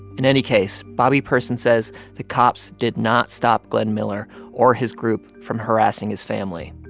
in any case, bobby person says the cops did not stop glenn miller or his group from harassing his family.